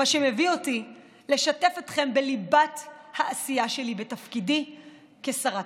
מה שמביא אותי לשתף אתכם בליבת העשייה שלי בתפקידי כשרת